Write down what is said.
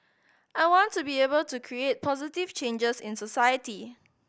I want to be able to create positive changes in society